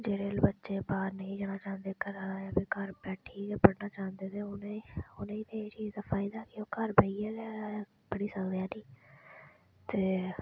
जेह्ड़े बच्चे बाहर निं जा सकदे घरा जैदा जेह्ड़े घर बैठियै गै पढ़ना चांह्दे ते उ'नेंगी उ'नेंगी ते एह् चीज दा फायदा केह् ओह् घर बेइयै गै पढ़ी सकदे ठीक ते